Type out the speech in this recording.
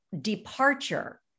departure